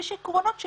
יש עקרונות.